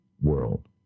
world